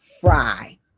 fry